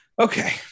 okay